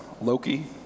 Loki